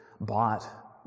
bought